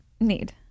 Need